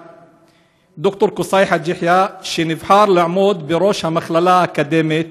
ד"ר קוסאי חאג' יחיא נבחר לעמוד בראש המכללה האקדמית